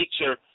nature